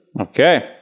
Okay